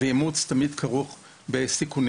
ואימוץ תמיד כרוך בסיכונים.